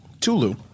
Tulu